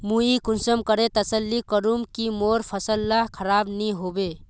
मुई कुंसम करे तसल्ली करूम की मोर फसल ला खराब नी होबे?